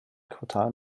quartal